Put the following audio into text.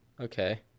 okay